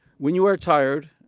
when you are tired,